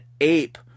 ape